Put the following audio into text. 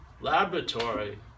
laboratory